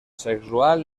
sexual